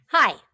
Hi